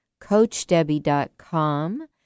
coachdebbie.com